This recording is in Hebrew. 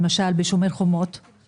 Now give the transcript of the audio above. למשל בשומר חומות,